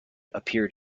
appeared